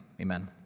Amen